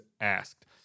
asked